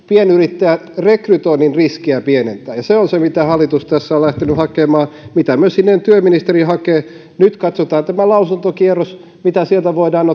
pienyrittäjän rekrytoinnin riskiä pienentää ja se on se mitä hallitus tässä on lähtenyt hakemaan mitä myös sininen työministeri hakee nyt katsotaan tämä lausuntokierros mitä sieltä voidaan